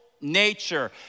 nature